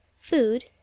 Food